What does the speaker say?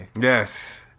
Yes